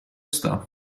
stuff